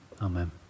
amen